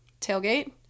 tailgate